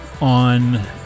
on